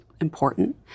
important